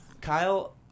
Kyle